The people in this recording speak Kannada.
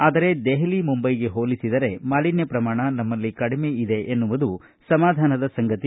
ಆದರೆ ದೆಹಲಿ ಮುಂಬೈಗೆ ಹೋಲಿಸಿದರೆ ಮಾಲಿನ್ನ ಪ್ರಮಾಣ ನಮ್ನಲ್ಲಿ ಕಡಿಮೆ ಇದೆ ಎನ್ನುವುದು ಸಮಾಧಾನದ ಸಂಗತಿ